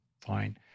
fine